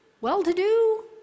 well-to-do